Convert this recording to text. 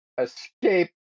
Escape